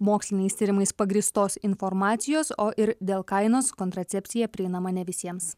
moksliniais tyrimais pagrįstos informacijos o ir dėl kainos kontracepcija prieinama ne visiems